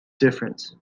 different